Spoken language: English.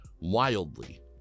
wildly